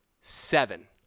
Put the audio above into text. Seven